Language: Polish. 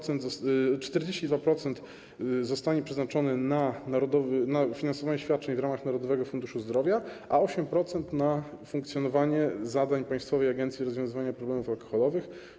42% zostanie przeznaczone na finansowanie świadczeń w ramach Narodowego Funduszu Zdrowia, a 8% na funkcjonowanie zadań Państwowej Agencji Rozwiązywania Problemów Alkoholowych.